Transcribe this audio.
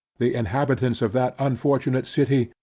the inhabitants of that unfortunate city,